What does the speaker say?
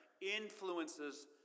influences